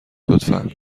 لطفا